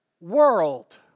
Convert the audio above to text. world